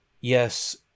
yes